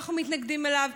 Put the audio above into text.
אנחנו מתנגדים לו,